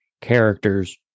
character's